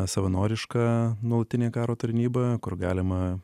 savanoriška nuolatinė karo tarnyba kur galima